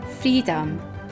freedom